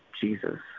Jesus